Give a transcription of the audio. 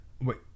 Wait